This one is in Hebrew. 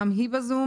גם היא בזום,